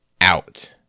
out